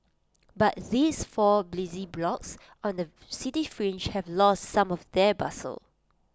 but these four busy blocks on the city fringe have lost some of their bustle